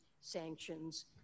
sanctions